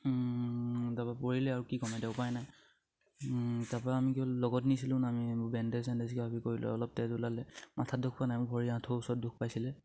তাপা পৰিলে আৰু কি ক'ম এতিয়া উপায় নাই তাপা আমি কি হ'ল লগত নিছিলোঁ আমি বেণ্ডেজ ছেণ্ডেজ কিবি কৰি লৈ অলপ তেজ ওলালে মাথাত দুখ পোৱা নাই ভৰি আঁঠুৰ ওচৰত দুখ পাইছিলে